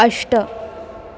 अष्ट